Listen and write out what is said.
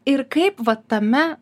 ir kaip vat tame